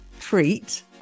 treat